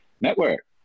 network